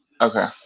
Okay